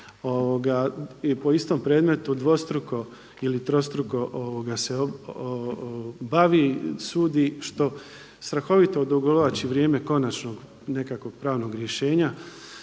po istom predmetu dvostruko ili trostruko se bavi, sudi, što strahovito odugovlači vrijeme konačnog nekakvog pravnog rješenja